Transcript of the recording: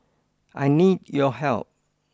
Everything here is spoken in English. I need your help